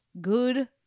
Good